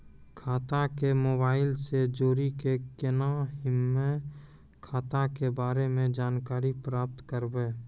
खाता के मोबाइल से जोड़ी के केना हम्मय खाता के बारे मे जानकारी प्राप्त करबे?